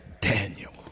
Daniel